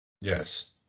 Yes